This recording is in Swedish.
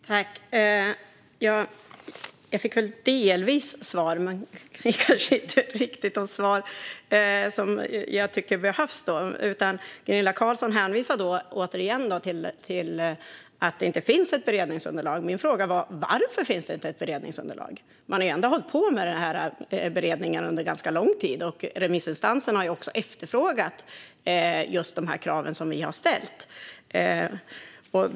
Herr talman! Jag fick väl delvis svar, men jag fick kanske inte riktigt de svar som jag tycker behövs. Gunilla Carlsson hänvisar återigen till att det inte finns ett beredningsunderlag. Min fråga var varför det inte finns ett beredningsunderlag. Man har ändå hållit på med beredningen under ganska lång tid. Remissinstanserna har också efterfrågat just de krav som vi har ställt.